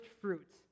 fruits